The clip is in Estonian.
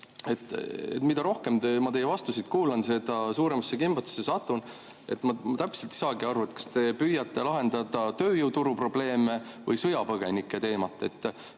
Mida rohkem ma teie vastuseid kuulan, seda suuremasse kimbatusse satun. Ma täpselt ei saagi aru, kas te püüate lahendada tööjõuturu probleeme või sõjapõgenike teemat.